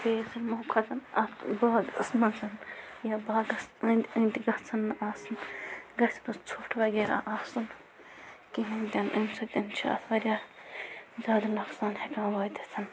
بیٚیہِ یِمو کھۄتہٕ اَتھ باغَس منٛز یا باغَس أنٛدۍ أنٛدۍ گژھن نہٕ آسٕنۍ گَژھِ نہٕ ژھوٚٹھ وغیرہ آسُن کِہیٖنٛۍ تہِ نہٕ امہِ سۭتۍ چھُ اَتھ واریاہ زیادٕ نۄقصان ہٮ۪کان وٲتِتھ